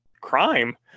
crime